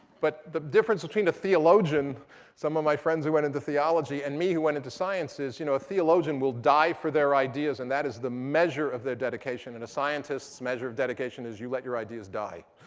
but the difference between a theologian some of my friends who went into theology and me, who went into sciences, you know a theologian will die for their ideas. and that is the measure of their dedication. and a scientist's measure of dedication is you let your ideas die.